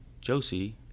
Josie